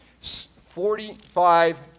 Forty-five